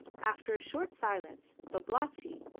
after a short silence, babalatchi,